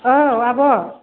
औ आब'